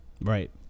Right